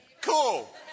Cool